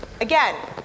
again